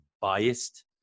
biased